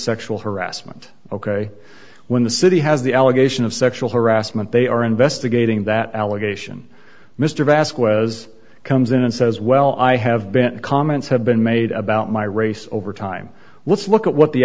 sexual harassment ok when the city has the allegation of sexual harassment they are investigating that allegation mr vasco was comes in and says well i have been comments have been made about my race over time let's look at what the